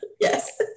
yes